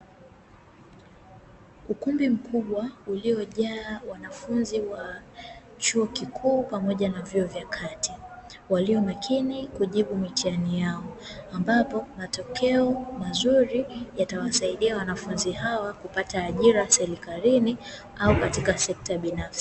Ukumbi mkubwa uliojaa wanafunzi wa chuo kikuu pamoja na vyuo vya kati, walio makini kujibu mitihani yao, ambapo matokeo mazuri yatawasaidia wanafunzi hawa kupata ajira serikalini au katika sekta binafsi.